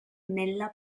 nella